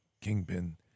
Kingpin